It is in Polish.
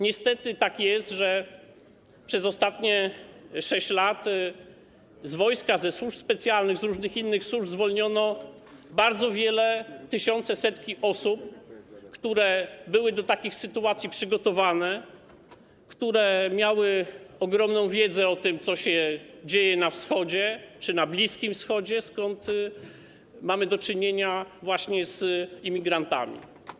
Niestety tak jest, że przez ostatnie sześć lat z wojska, ze służb specjalnych, z różnych innych służb zwolniono bardzo wiele, tysiące, setki osób, które były do takich sytuacji przygotowane, które miały ogromną wiedzę o tym, co się dzieje na Wschodzie, na Bliskim Wschodzie, skąd właśnie przybywają imigranci.